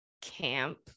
camp